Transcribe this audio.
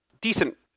decent